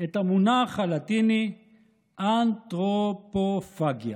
את המונח הלטיני אנתרופופגיה.